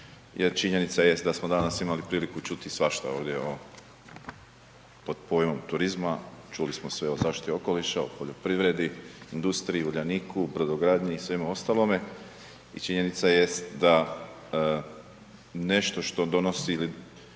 jer činjenica jest da smo danas imali priliku čuti svašta ovdje, evo, pod pojmom turizma, čuli smo sve o zaštiti okoliša, o poljoprivredi, industriji, Uljaniku, brodogradnji i svemu ostalome i činjenica jest da nešto što donosi ili